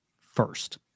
first